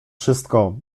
wszystko